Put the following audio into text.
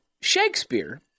Shakespeare